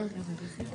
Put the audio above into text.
כן.